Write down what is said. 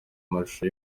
amashusho